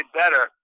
better